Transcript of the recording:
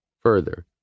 Further